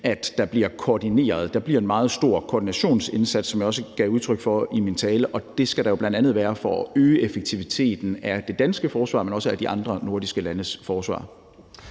nordiske lande, at der bliver en meget stor koordinationsindsats, hvad jeg også gav udtryk for i min tale, og det skal der jo bl.a. være for at øge effektiviteten af det danske forsvar, men også af de andre nordiske landes forsvar.